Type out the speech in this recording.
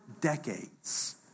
decades